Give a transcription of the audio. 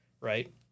Right